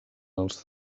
als